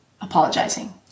apologizing